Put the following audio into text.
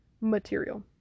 material